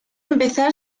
empezar